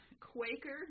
Quaker